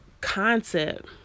concept